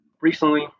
Recently